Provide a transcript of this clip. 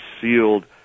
sealed